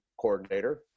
coordinator